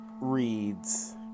reads